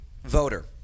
Voter